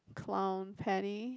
clown Penny